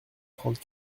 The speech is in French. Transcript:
trente